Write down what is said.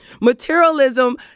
Materialism